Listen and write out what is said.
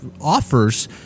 offers